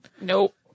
Nope